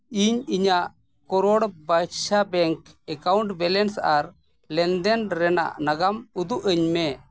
ᱤᱧ ᱤᱧᱟᱹᱜ ᱠᱚᱨᱳᱲ ᱵᱟᱭᱥᱟ ᱵᱮᱝᱠ ᱮᱠᱟᱣᱩᱱᱴ ᱵᱮᱞᱮᱱᱥ ᱟᱨ ᱞᱮᱱᱫᱮᱱ ᱨᱮᱱᱟᱜ ᱱᱟᱜᱟᱢ ᱩᱫᱩᱜᱼᱟᱹᱧ ᱢᱮ